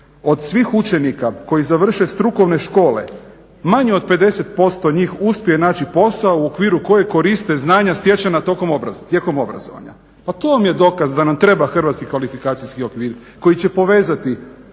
od svih učenika koji završe strukovne škole manje od 50% njih uspije naći posao u okviru koji koriste znanja stečena tokom, tijekom obrazovanja. Pa to vam je dokaz da nam treba hrvatski kvalifikacijski okvir koji će povezati